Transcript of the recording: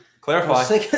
Clarify